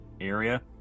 area